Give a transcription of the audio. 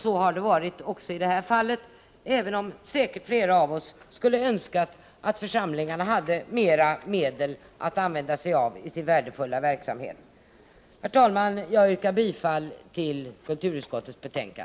Så har det varit också i det här fallet, även om flera av oss säkert skulle önskat att församlingarna hade mer medel att använda sig av i sin värdefulla verksamhet. Herr talman! Jag yrkar bifall till kulturutskottets hemställan.